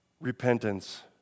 Repentance